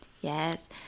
Yes